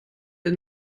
den